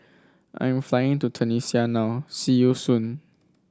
I'm flying to Tunisia now see you soon